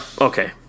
Okay